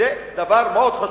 וזה דבר מאוד חשוב.